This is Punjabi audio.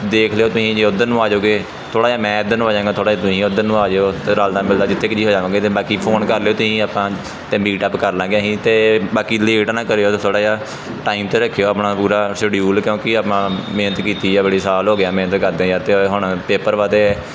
ਦੇਖ ਲਿਓ ਤੁਸੀਂ ਜੇ ਉੱਧਰ ਨੂੰ ਆ ਜਾਓਗੇ ਥੋੜ੍ਹਾ ਜਿਹਾ ਮੈਂ ਇੱਧਰ ਨੂੰ ਹੋ ਜਾਵਾਂਗਾ ਥੋੜ੍ਹਾ ਜਿਹਾ ਤੁਸੀਂ ਉੱਧਰ ਨੂੰ ਆ ਜਾਇਓ ਅਤੇ ਰਲਦਾ ਮਿਲਦਾ ਜਿੱਥੇ ਕਿ ਜਿਹੇ ਹੋ ਜਾਵਾਂਗੇ ਅਤੇ ਬਾਕੀ ਫੋਨ ਕਰ ਲਿਓ ਤੁਸੀਂ ਆਪਾਂ ਅਤੇ ਮੀਟ ਅੱਪ ਕਰ ਲਵਾਂਗੇ ਅਸੀਂ ਅਤੇ ਬਾਕੀ ਲੇਟ ਨਾ ਕਰਿਓ ਥੋੜ੍ਹਾ ਜਿਹਾ ਟਾਈਮ 'ਤੇ ਰੱਖਿਓ ਆਪਣਾ ਪੂਰਾ ਸ਼ਡਿਊਲ ਕਿਉਂਕਿ ਆਪਾਂ ਮਿਹਨਤ ਕੀਤੀ ਆ ਬੜੇ ਸਾਲ ਹੋ ਗਿਆ ਮਿਹਨਤ ਕਰਦਿਆਂ ਕਰਦਿਆਂ ਅਤੇ ਹੁਣ ਪੇਪਰ ਵਾ ਅਤੇ